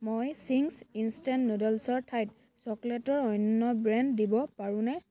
মই Ching's instant নুডল্ছৰ ঠাইত চকলেটৰ অন্য ব্ৰেণ্ড দিব পাৰোঁনে